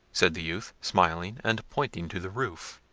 said the youth, smiling, and pointing to the roof.